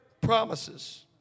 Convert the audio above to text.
promises